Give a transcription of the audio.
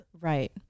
Right